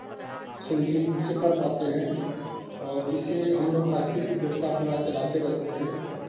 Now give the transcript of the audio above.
सुनिश्चित रूप से कर पाते हैं और इससे हम लोग आस्तिक व्यवस्था अपना चलाते रहते हैं